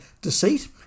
Deceit